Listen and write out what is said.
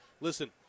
Listen